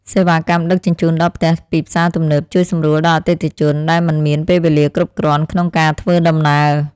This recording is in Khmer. សេវាកម្មដឹកជញ្ជូនដល់ផ្ទះពីផ្សារទំនើបជួយសម្រួលដល់អតិថិជនដែលមិនមានពេលវេលាគ្រប់គ្រាន់ក្នុងការធ្វើដំណើរ។